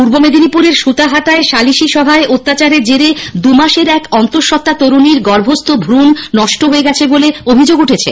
পূর্ব মেদিনীপুরের সুতাহাটায় শালিশি সভার অত্যাচারের জেরে দুমাসের এক অন্তঃসত্তা তরুণীর গর্ভস্থ দ্রূণ নষ্ট হয়ে গেছে বলে অভিযোগ উঠেছে